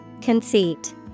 Conceit